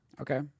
Okay